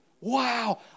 Wow